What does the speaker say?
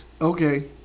Okay